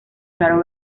claro